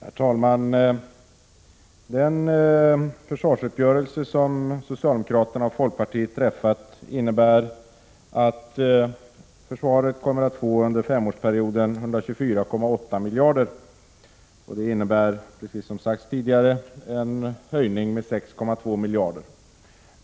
Herr talman! Den försvarsuppgörelse som socialdemokraterna och folkpartiet träffat innebär att försvaret under en femårsperiod kommer att få 124,8 miljarder. Som det har sagts tidigare innebär det en höjning med 6,2 miljarder.